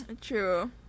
True